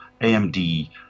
amd